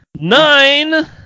Nine